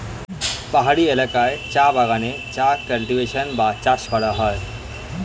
পাহাড়ি এলাকায় চা বাগানে চা কাল্টিভেশন বা চাষ করা হয়